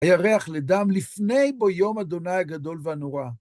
היה ריח לדם לפני בו יום ה' הגדול והנורא.